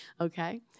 Okay